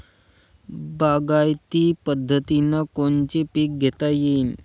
बागायती पद्धतीनं कोनचे पीक घेता येईन?